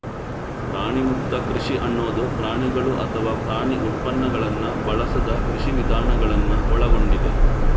ಪ್ರಾಣಿಮುಕ್ತ ಕೃಷಿ ಅನ್ನುದು ಪ್ರಾಣಿಗಳು ಅಥವಾ ಪ್ರಾಣಿ ಉತ್ಪನ್ನಗಳನ್ನ ಬಳಸದ ಕೃಷಿ ವಿಧಾನಗಳನ್ನ ಒಳಗೊಂಡಿದೆ